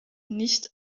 nicht